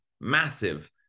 massive